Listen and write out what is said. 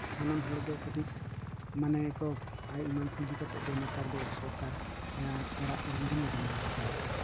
ᱥᱟᱱᱟᱢ ᱦᱚᱲᱜᱮ ᱠᱟᱹᱴᱤᱡ ᱢᱟᱱᱮ ᱠᱚ ᱟᱭ ᱩᱢᱟᱹᱱ ᱯᱩᱡᱟᱹ ᱠᱟᱛᱮᱜ ᱜᱮ ᱱᱮᱛᱟᱨ ᱫᱚ ᱥᱚᱨᱠᱟᱨ ᱚᱲᱟᱜ ᱵᱤᱞᱰᱤᱝ ᱮ ᱵᱮᱱᱟᱣ ᱟᱠᱚ ᱠᱟᱱᱟ